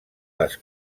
les